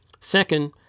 Second